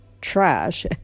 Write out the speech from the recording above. trash